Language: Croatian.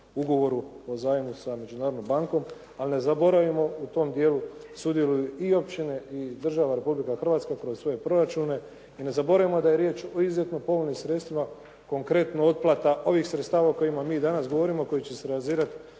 Ugovoru o zajmu s Međunarodnom bankom. Ali ne zaboravimo, u tom dijelu sudjeluju i općine i država Republika Hrvatska kroz svoje proračuna i ne zaboravimo da je riječ o izuzetno povoljnim sredstvima, konkretno otplata ovih sredstava o kojima mi danas govorimo koji će se nadzirati